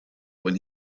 when